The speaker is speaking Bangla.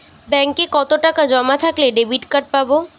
ব্যাঙ্কে কতটাকা জমা থাকলে ডেবিটকার্ড পাব?